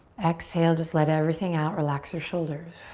exhale, just let everything out, relax your shoulders.